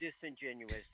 disingenuous